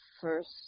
first